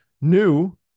new